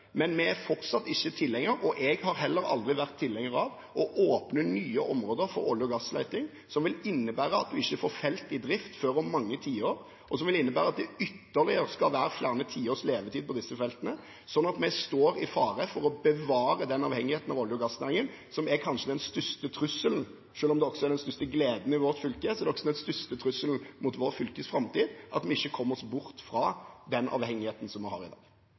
men vi er fortsatt ikke tilhengere av – jeg har heller aldri vært tilhenger av det – å åpne nye områder for olje- og gassleting, som vil innebære at man ikke får felt i drift før om mange tiår, og som vil innebære at det skal være ytterligere flere tiårs levetid på disse feltene, slik at vi står i fare for å bevare avhengigheten av olje- og gassnæringen. Selv om det er den største gleden i vårt fylke, er det også den største trusselen mot vårt fylkes framtid, at vi ikke kommer oss bort fra den avhengigheten vi har i dag.